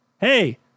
hey